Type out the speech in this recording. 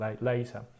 later